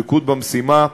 דבקות במשימה,